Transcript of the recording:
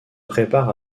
prépare